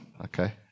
Okay